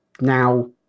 Now